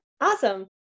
Awesome